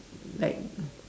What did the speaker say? like